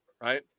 right